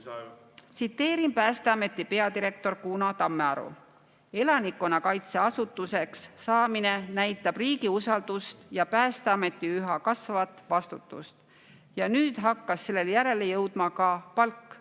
Tsiteerin Päästeameti peadirektorit Kuno Tammearu: "Elanikkonnakaitseasutuseks saamine näitab riigi usaldust ja Päästeameti üha kasvavat vastutust. Ja nüüd hakkas sellele järele jõudma ka palk.